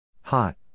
Hot